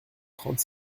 trente